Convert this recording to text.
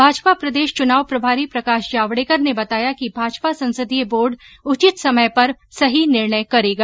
भाजपा प्रदेश चुनाव प्रभारी प्रकाश जावडेकर ने बताया कि भाजपा संसदीय बोर्ड उचित समय पर सही निर्णय करेगा